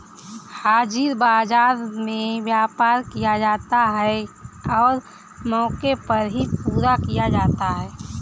हाजिर बाजार में व्यापार किया जाता है और मौके पर ही पूरा किया जाता है